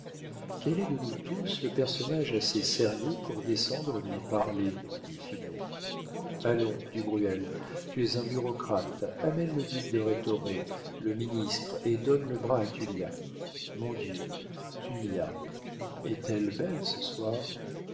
quel est de nous tous le personnage assez sérieux pour descendre lui parler dit finot allons du bruel tu es un bureaucrate amène le duc de rhétoré le ministre et donne le bras à tullia mon dieu tullia est-elle belle ce soir